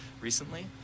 recently